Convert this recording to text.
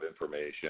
information